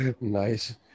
Nice